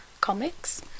comics